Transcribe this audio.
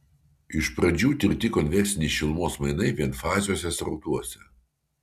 iš pradžių tirti konvekciniai šilumos mainai vienfaziuose srautuose